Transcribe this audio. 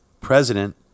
president